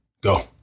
Go